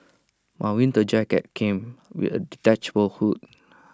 my winter jacket came with A detachable hood